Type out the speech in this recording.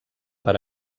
per